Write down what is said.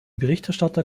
berichterstatter